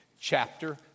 chapter